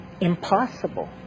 impossible